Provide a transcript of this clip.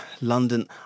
London